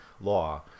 law